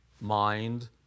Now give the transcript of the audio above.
mind